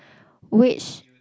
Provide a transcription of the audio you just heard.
which